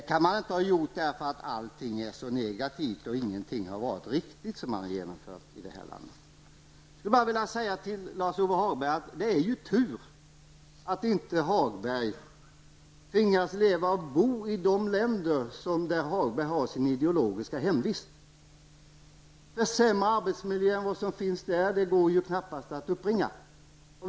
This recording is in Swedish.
Så kan det inte ha blivit för att allting har varit så negativt eller för att ingenting har varit riktigt av det som har genomförts i detta land. Jag skulle bara vilja säga till Lars-Ove Hagberg att det är tur att inte Hagberg tvingas leva och bo i de länder där Hagberg har sin ideologiska hemvist. Sämre arbetsmiljö än som finns där går knappast att uppbringa.